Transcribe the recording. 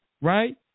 right